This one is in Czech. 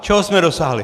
Čeho jsme dosáhli?